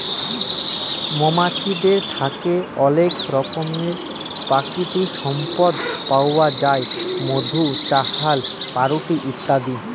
মমাছিদের থ্যাকে অলেক রকমের পাকিতিক সম্পদ পাউয়া যায় মধু, চাল্লাহ, পাউরুটি ইত্যাদি